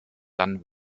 dann